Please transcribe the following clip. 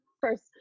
first